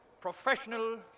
professional